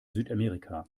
südamerika